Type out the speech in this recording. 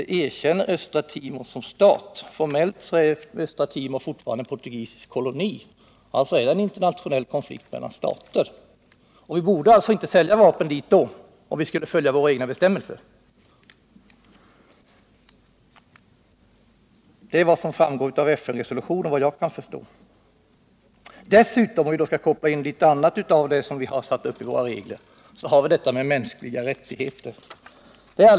Vi erkänner inte Östra Timor som stat, men formellt är Östra Timor fortfarande en portugisisk koloni, och då är det en internationell konflikt mellan stater, och vi bör inte sälja vapen dit om vi följer våra egna bestämmelser. Detta är vad som framgår av FN-resolutionen, såvitt jag kan förstå. För att koppla in mera av våra egna bestämmelser, så har vi detta med mänskliga rättigheter.